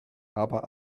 aber